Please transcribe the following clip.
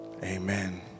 Amen